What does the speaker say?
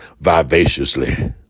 vivaciously